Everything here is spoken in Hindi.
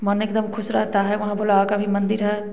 मन एकदम खुश रहता है वहाँ भुल्हा का भी मंदिर है